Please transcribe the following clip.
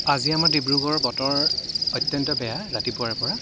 আজি আমাৰ ডিব্ৰুগড়ৰ বতৰ অত্য়ন্ত বেয়া ৰাতিপুৱাৰে পৰা